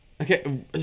Okay